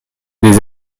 les